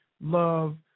love